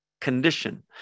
condition